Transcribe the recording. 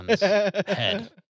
head